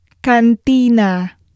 Cantina